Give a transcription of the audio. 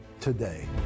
today